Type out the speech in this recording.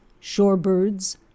shorebirds